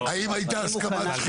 האם הייתה הסכמת שכנים?